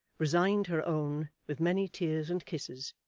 resigned her own, with many tears and kisses,